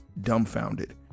dumbfounded